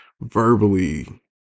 verbally